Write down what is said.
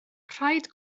rhaid